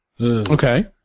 Okay